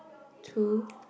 two